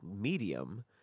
medium